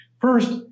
First